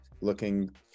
looking